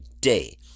day